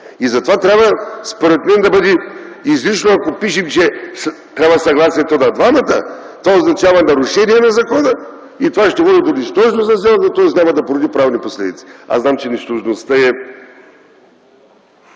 И затова трябва според мен да бъде, ако пишем, че трябва съгласието и на двамата, това означава нарушение на закона и това ще води до нищожност на сделката, т.е. няма да породи правни последици. Аз знам, че нищожността е